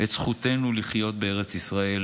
את זכותנו לחיות בארץ ישראל,